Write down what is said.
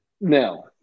no